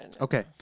Okay